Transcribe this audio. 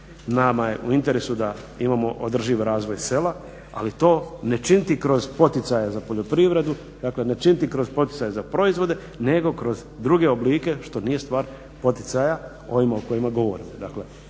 nama je u interesu da imamo održiv razvoj sela ali to ne činiti kroz poticaje za poljoprivredu, dakle ne činiti kroz poticaje za proizvode nego kroz druge oblike što nije stvar poticaja ovima o kojima govorimo.